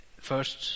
first